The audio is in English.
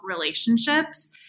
relationships